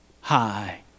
high